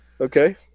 Okay